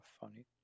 funny